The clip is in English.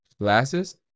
Glasses